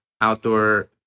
outdoor